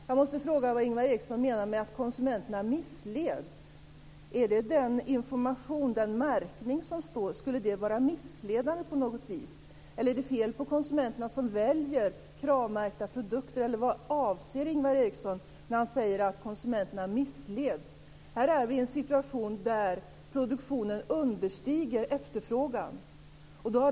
Fru talman! Jag måste fråga vad Ingvar Eriksson menar med att konsumenterna missleds. Är det den information och märkning som finns? Skulle det på något vis vara missledande? Eller är det fel på konsumenterna som väljer Kravmärkta produkter? Vad avser Ingvar Eriksson när han säger att konsumenterna missleds? Här är vi i en situation där produktionen understiger efterfrågan.